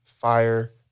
fire